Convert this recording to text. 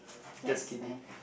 that's fair